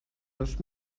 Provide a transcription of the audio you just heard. dos